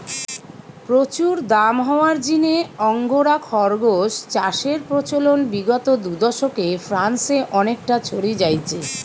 প্রচুর দাম হওয়ার জিনে আঙ্গোরা খরগোস চাষের প্রচলন বিগত দুদশকে ফ্রান্সে অনেকটা ছড়ি যাইচে